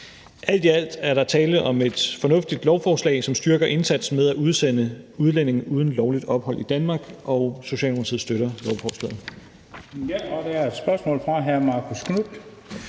Alt i alt er der tale om et fornuftigt lovforslag, som styrker indsatsen med at udsende udlændinge uden lovligt ophold i Danmark, og Socialdemokratiet støtter lovforslaget.